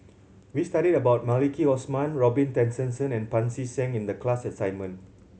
we studied about Maliki Osman Robin Tessensohn and Pancy Seng in the class assignment